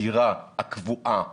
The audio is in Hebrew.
הסדירה והקבועה